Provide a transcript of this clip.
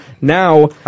Now